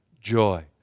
joy